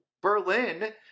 Berlin